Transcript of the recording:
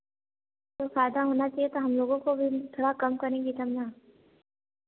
कोई फ़ायदा होना चाहिए तो हम लोगों को भी थोड़ा कम करेंगे तब ना